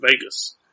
Vegas